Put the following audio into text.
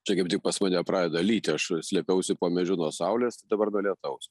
čia kaip tik pas mane pradeda lyti aš slėpiausi po medžiu nuo saulės dabar nuo lietaus